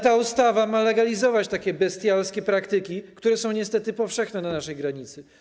Ta ustawa ma legalizować bestialskie praktyki, które są niestety powszechne na naszej granicy.